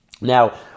Now